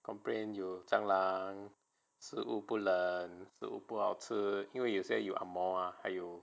complain 有蟑螂食物不冷食物不好吃因为有些有 ang moh 嘛还有